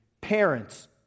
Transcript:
parents